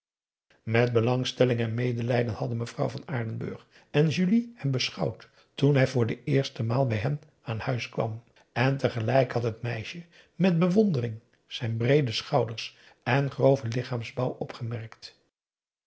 met belangstelling en medelijden hadden mevrouw van aardenburg en julie hem beschouwd toen hij voor de eerste maal bij hen aan huis kwam en tegelijk had t meisje met bewondering zijn breede schouders en groven lichaamsbouw opgemerkt